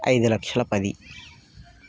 ఐదు లక్షల పది